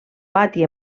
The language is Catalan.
pati